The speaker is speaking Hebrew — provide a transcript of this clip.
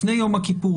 לפני יום הכיפורים,